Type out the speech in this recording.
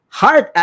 hard